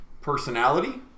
personality